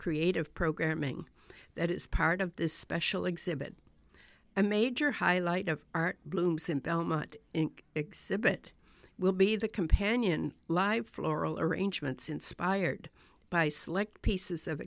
creative programming that is part of this special exhibit a major highlight of art blooms in belmont inc exhibit will be the companion live floral arrangements inspired by select pieces of